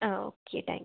ആ okay thank U